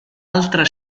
altra